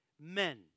men